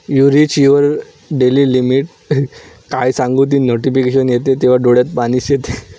U reach your daily limit काय सांगू ती नोटिफिकेशन येते तेव्हा डोळ्यात पाणीच येते